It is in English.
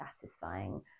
satisfying